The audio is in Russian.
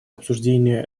обсуждения